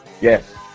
Yes